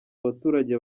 abaturage